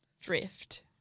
drift